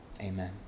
Amen